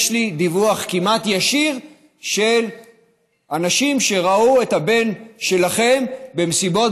יש לי דיווח כמעט ישיר של אנשים שראו את הבן שלכם במסיבות